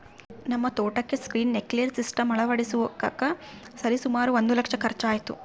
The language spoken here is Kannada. ನಮ್ಮ ತೋಟಕ್ಕೆ ಸ್ಪ್ರಿನ್ಕ್ಲೆರ್ ಸಿಸ್ಟಮ್ ಅಳವಡಿಸಕ ಸರಿಸುಮಾರು ಒಂದು ಲಕ್ಷ ಖರ್ಚಾಯಿತು